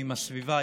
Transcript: עם הסביבה,